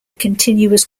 continuous